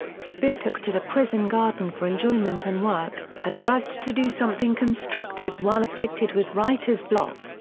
speer took to the prison garden for enjoyment and work, at first to do something constructive while afflicted with writer's block.